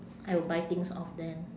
I will buy things off them